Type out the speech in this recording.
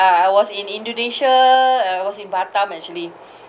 I was in indonesia I was in batam actually